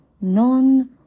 non